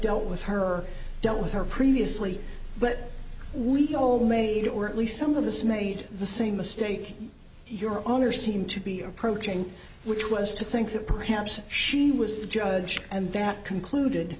dealt with her dealt with her previously but we know made or at least some of this made the same mistake your honor seemed to be approaching which was to think that perhaps she was the judge and that concluded